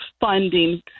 funding